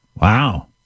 Wow